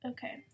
Okay